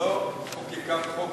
לא חוקקה חוק